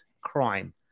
crime